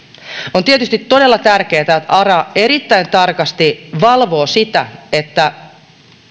on tietysti todella tärkeätä että ara erittäin tarkasti valvoo sitä että